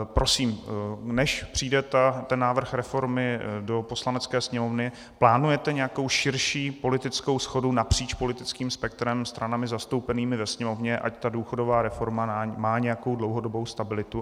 Prosím, než přijde ten návrh reformy do Poslanecké sněmovny, plánujete nějakou širší politickou shodu napříč politickým spektrem, stranami zastoupenými ve Sněmovně, ať ta důchodová reforma má nějakou dlouhodobou stabilitu?